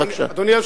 בבקשה.